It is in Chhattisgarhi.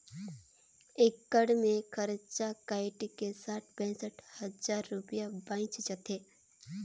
एकड़ मे खरचा कायट के साठ पैंसठ हजार रूपिया बांयच जाथे